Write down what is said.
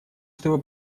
чтобы